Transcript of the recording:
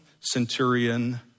centurion